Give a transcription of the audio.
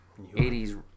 80s